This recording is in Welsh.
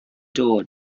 dod